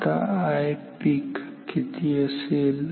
आता Ipeak किती असेल